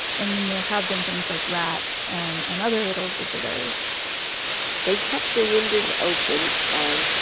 and then there have been things like rats and and other little visitors they kept the windows open and,